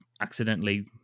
Accidentally